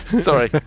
sorry